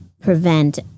prevent